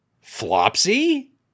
Flopsy